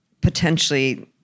potentially